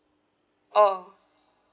oh